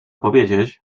powiedzieć